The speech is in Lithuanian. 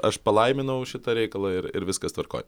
aš palaiminau šitą reikalą ir ir viskas tvarkoj